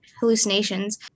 hallucinations